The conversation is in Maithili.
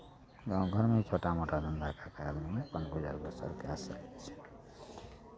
गाँवओमे छोटा मोटा धन्धा कऽ कऽ आदमी अपन गुजर बसर कए सकै छै